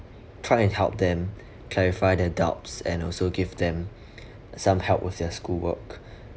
try and help them clarify their doubts and also give them some help with their schoolwork